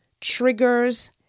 triggers